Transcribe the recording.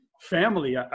family